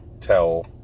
tell